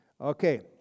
okay